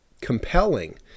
compelling